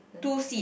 two seat